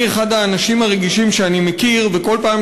אני אחד האנשים הרגישים שאני מכיר ובכל פעם